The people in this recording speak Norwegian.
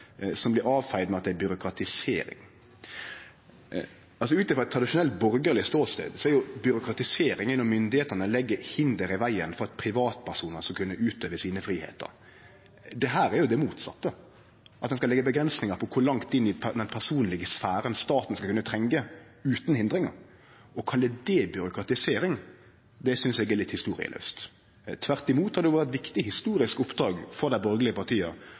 som blir avfeia med at det er byråkratisering. Ut frå ein tradisjonell borgarleg ståstad er det byråkratisering når myndigheitene legg hinder i vegen for at privatpersonar skal kunne utøve sine fridomar. Dette er det motsette, at ein skal leggje avgrensingar på kor langt inn i den personlege sfæren staten skal kunne trengje utan hindringar. Å kalle det byråkratisering synest eg er litt historielaust. Tvert imot har det vore eit viktig historisk oppdrag for dei borgarlege partia